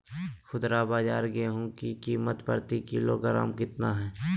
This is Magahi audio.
खुदरा बाजार गेंहू की कीमत प्रति किलोग्राम कितना है?